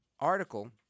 article